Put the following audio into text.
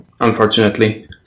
unfortunately